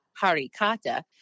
Harikata